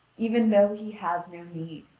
even though he have need.